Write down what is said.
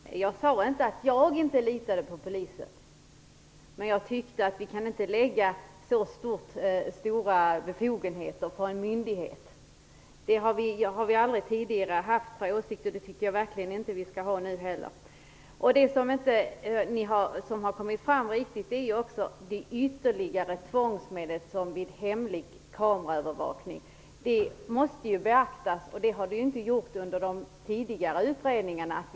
Fru talman! Jag sade inte att jag inte litar på polisen, men jag tycker inte att vi kan ge en myndighet så stora befogenheter. Den åsikten har vi aldrig tidigare haft, och det tycker jag verkligen inte att vi skall ha nu heller. Det som inte riktigt har kommit fram är det ytterligare tvångsmedel som används vid hemlig kameraövervakning. Det måste beaktas att vi har fått ytterligare ett tvångsmedel som är väldigt ingripande.